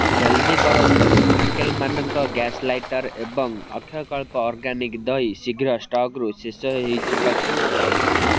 ଜଲ୍ଦି କରନ୍ତୁ Fakelmann gas lighter ଏବଂ ଅକ୍ଷୟକଳ୍ପ ଅର୍ଗାନିକ୍ ଦହି ଶୀଘ୍ର ଷ୍ଟକ୍ରୁ ଶେଷ ହୋଇଯିବାକୁ ଯାଉଛି